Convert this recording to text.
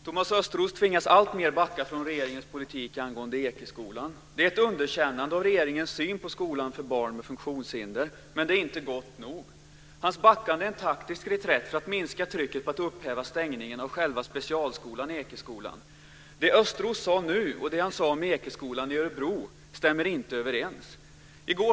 Herr talman! Thomas Östros tvingas alltmer backa från regeringens politik angående Ekeskolan. Det är ett underkännande av regeringens syn på skolan för barn med funktionshinder, men det är inte gott nog. Hans backande är en taktisk reträtt för att minska trycket på att upphäva stängningen av själva specialskolan Ekeskolan. Det Östros har sagt nu och det han sade om